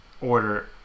order